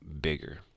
bigger